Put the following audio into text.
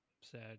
sad